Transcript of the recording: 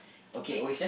okay